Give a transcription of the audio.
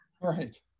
Right